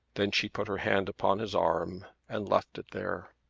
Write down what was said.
then she put her hand upon his arm and left it there.